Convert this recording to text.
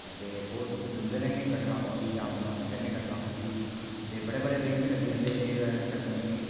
ते ओह् तुस दंदली कन्नै कट्टना पौंदी ही आपूं हत्था कन्नै कट्टना पौंदी ही ते बड़े बड़े दिन बी लग्गी जंदे है कट्टने गी